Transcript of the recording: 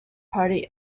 party